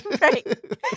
Right